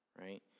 right